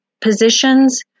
positions